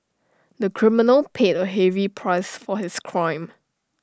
the criminal paid A heavy price for his crime